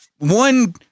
One